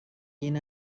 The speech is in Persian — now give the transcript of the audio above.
این